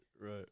right